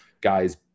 guys